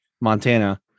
Montana